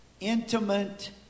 Intimate